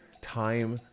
time